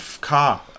car